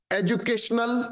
educational